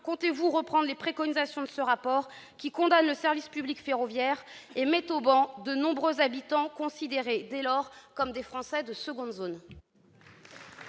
comptez-vous reprendre les préconisations de ce rapport qui condamne le service public ferroviaire et met au ban de nombreux habitants, considérés dès lors comme des Français de seconde zone ?